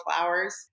flowers